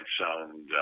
sound